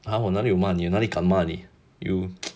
!huh! 我哪里有骂你哪里敢骂你 you